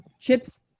chips